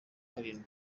karindwi